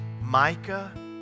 Micah